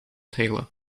taylor